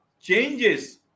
changes